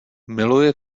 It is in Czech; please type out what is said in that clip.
miluji